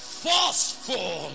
forceful